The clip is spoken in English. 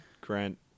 Grant